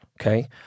okay